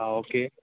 ആ ഓക്കെ